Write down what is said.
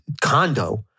condo